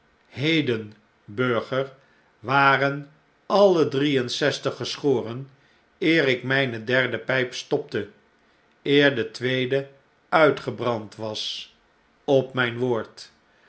heden burger waren alle drie en zestig geschoren eer ik mjjne derde pijp stopte eer de tweede uitgebrand was op mijn woord